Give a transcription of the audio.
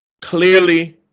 Clearly